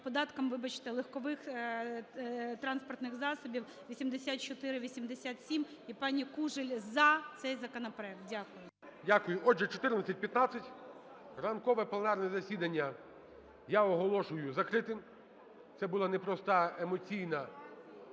вибачте, легкових транспортних засобів (8487). І пані Кужель "за" цей законопроект. Дякую. ГОЛОВУЮЧИЙ. Дякую. Отже, 14:15, ранкове пленарне засідання я оголошую закритим. Це було непросте, емоційне